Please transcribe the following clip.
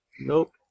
Nope